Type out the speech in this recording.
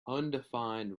undefined